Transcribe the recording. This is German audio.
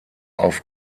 auf